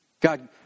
God